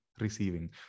receiving